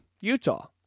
Utah